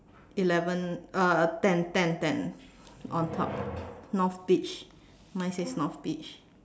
eleven uh ten ten ten on top north beach mine says north beach